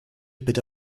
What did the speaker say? bitte